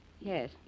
Yes